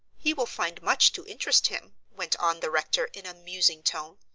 he will find much to interest him, went on the rector in a musing tone.